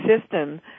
system